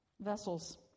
vessels